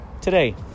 today